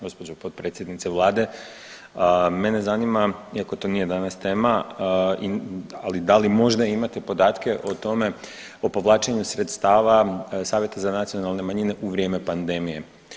Gospođo potpredsjednice vlade mene zanima iako to nije danas tema, ali da li možda imate podatke o tome, o povlačenju sredstava Savjeta za nacionalne manjine u vrijeme pandemije.